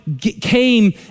came